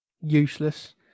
useless